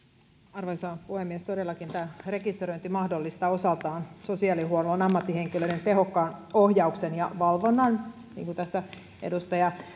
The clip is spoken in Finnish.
arvoisa puhemies todellakin tämä rekisteröinti mahdollistaa osaltaan sosiaalihuollon ammattihenkilöiden tehokkaan ohjauksen ja valvonnan niin kuin tässä edustaja